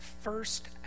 first